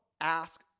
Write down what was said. ask